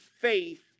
faith